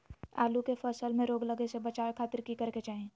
आलू के फसल में रोग लगे से बचावे खातिर की करे के चाही?